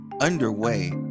underway